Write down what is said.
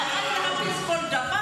לא צריך להעמיס כל דבר